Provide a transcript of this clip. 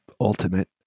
ultimate